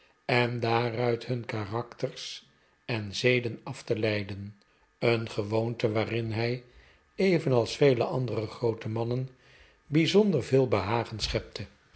en daaruit hun karakters en zeden af te leiden een gewoonte waarin hij evenals vele andere groote mannen bijzonder veel behagen schepte